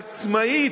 עצמאית,